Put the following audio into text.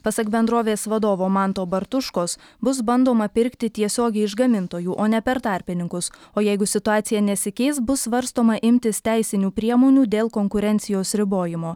pasak bendrovės vadovo manto bartuškos bus bandoma pirkti tiesiogiai iš gamintojų o ne per tarpininkus o jeigu situacija nesikeis bus svarstoma imtis teisinių priemonių dėl konkurencijos ribojimo